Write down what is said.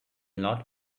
not